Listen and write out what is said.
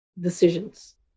decisions